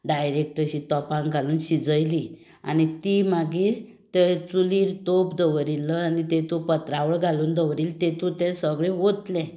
direct अशीं तोपांत घालून शिजयलीं आनी तीं मागीर ते चुलीर तोप दवरिल्लो आनी तातूंत पत्रावळ घालून दवरिल्ली तातूंत तें सगळें ओतलें